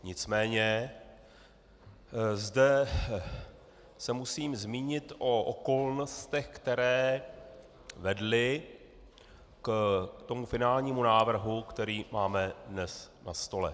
Nicméně zde se musím zmínit o okolnostech, které vedly k finálnímu návrhu, který máme dnes na stole.